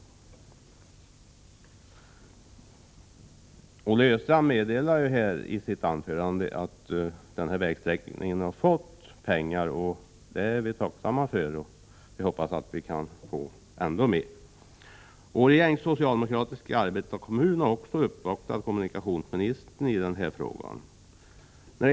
Olle Östrand meddelade ju i sitt anförande att den här vägsträckan har fått pengar. Det är vi tacksamma för, och vi hoppas att vi kan få ännu mer. Årjängs socialdemokratiska arbetarekommun har också uppvaktat kommunikationsministern i denna fråga.